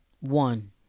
One